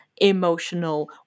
emotional